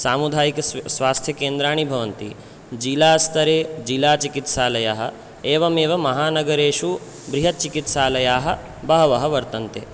सामुदायिकस्वास्थ्यकेन्द्राणि भवन्ति जिलास्तरे जिलाचिकित्सालयः एवमेव महानगरेषु बृहत् चिकित्सालयाः बहवः वर्तन्ते